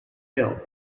hill